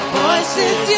voices